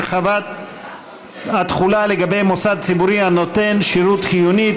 הרחבת התחולה לגבי מוסד ציבורי הנותן שירות חיוני),